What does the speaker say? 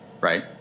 right